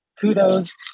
kudos